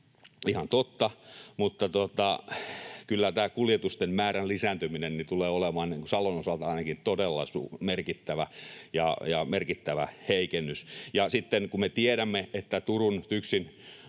ihan totta, mutta kyllä tämä kuljetusten määrän lisääntyminen tulee olemaan ainakin Salon osalta todella merkittävä, ja merkittävä heikennys. Sitten kun me tiedämme, että Turun, TYKSin